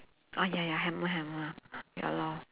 oh ya ya hammer hammer ya lor